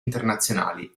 internazionali